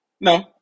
No